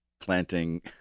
planting